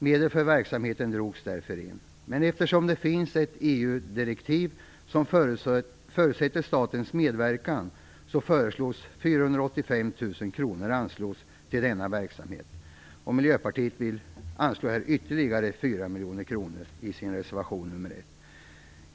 Medel för verksamheten drogs därför in. Eftersom det finns ett EU-direktiv som förutsätter statens medverkan föreslås 485 000 kr anslås till denna verksamhet. Miljöpartiet vill anslå ytterligare 4 miljoner kronor i sin reservation nr 1.